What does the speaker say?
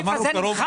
הסעיף הזה נמחק.